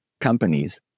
companies